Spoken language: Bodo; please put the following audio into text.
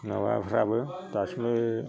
माबाफ्राबो दासिमबो